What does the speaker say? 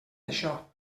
això